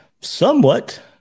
somewhat